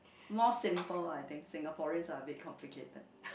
more simple I think Singaporeans are a bit complicated